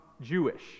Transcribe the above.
Jewish